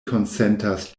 konsentas